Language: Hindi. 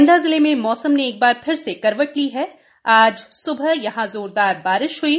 मंडला जिले में मौसम ने एक बार फिर से करवट ली है और आज स्बह जोरदार बारिश हुई है